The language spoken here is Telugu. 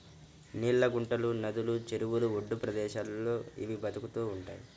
నీళ్ళ గుంటలు, నదులు, చెరువుల ఒడ్డు ప్రదేశాల్లో ఇవి బతుకుతూ ఉంటయ్